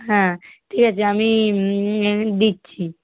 হ্যাঁ ঠিক আছে আমি দিচ্ছি